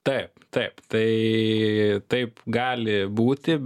taip taip tai taip gali būti